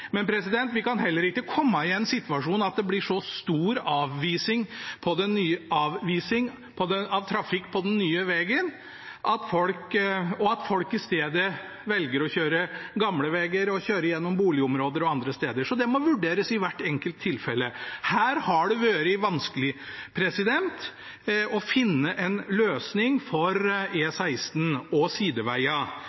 men vi kan heller ikke komme i en situasjon der det blir stor avvisning av trafikk på den nye vegen, at folk i stedet velger å kjøre gamleveger og kjøre gjennom boligområder og andre steder. Det må vurderes i hvert enkelt tilfelle. Her har det vært vanskelig å finne en løsning for